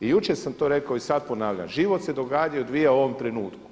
I jučer sam to rekao i sada ponavljam, život se događa i odvija u ovom trenutku.